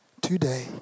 today